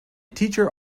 teacher